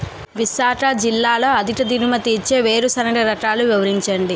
విశాఖ జిల్లాలో అధిక దిగుమతి ఇచ్చే వేరుసెనగ రకాలు వివరించండి?